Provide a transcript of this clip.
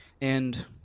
And-